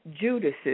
Judas